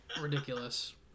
Ridiculous